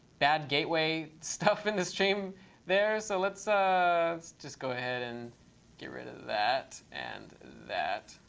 bad gateway stuff in the stream there. so let's just go ahead and get rid of that and that.